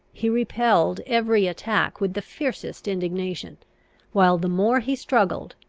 he repelled every attack with the fiercest indignation while the more he struggled,